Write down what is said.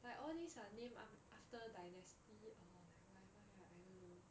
like all these are named after dynasty or whatever I don't know